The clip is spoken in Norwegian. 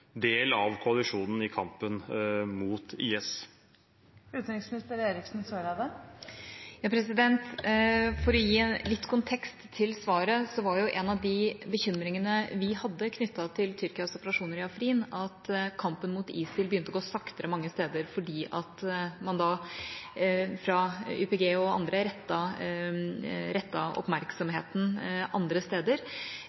del av koalisjonen i kampen mot IS? For å gi litt kontekst til svaret: En av de bekymringene vi hadde knyttet til Tyrkias operasjoner i Afrin, var at kampen mot ISIL begynte å gå saktere mange steder, fordi man fra YPG og andre